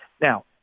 Now